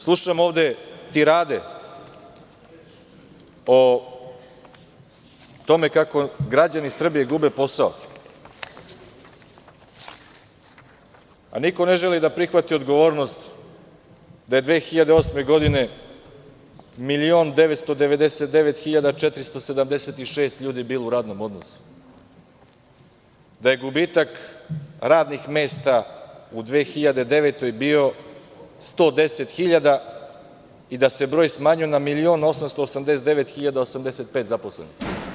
Slušam ovde tirade o tome kako građani Srbije gube posao, a niko ne želi da prihvati odgovornost da je 2008. godine 1.999.476 ljudi bilo u radnom odnosu, da je gubitak radnih mesta u 2009. godini bio 110 hiljada i da se broj smanjio na 1.889.085 zaposlenih.